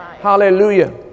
Hallelujah